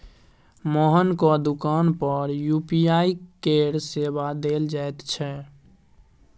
मोहनक दोकान पर यू.पी.आई केर सेवा देल जाइत छै